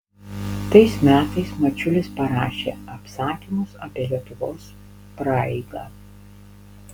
tais metais mačiulis parašė apsakymus apie lietuvos praeigą